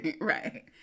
right